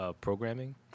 Programming